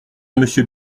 monsieur